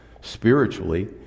spiritually